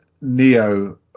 neo